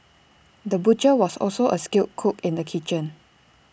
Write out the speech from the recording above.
the butcher was also A skilled cook in the kitchen